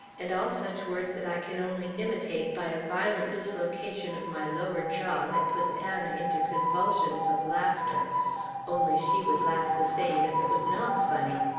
and all such words that i can only imitate by a violent dislocation of my lower jaw that puts anna into convulsions of laughter only she would laugh the same if it was not funny.